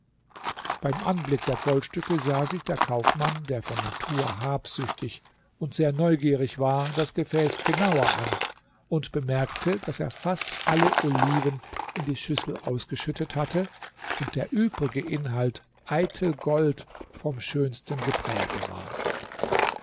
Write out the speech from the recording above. beim anblick der goldstücke sah sich der kaufmann der von natur habsüchtig und sehr neugierig war das gefäß genauer an und bemerkte daß er fast alle oliven in die schüssel ausgeschüttet hatte und der übrige inhalt eitel gold vom schönsten gepräge war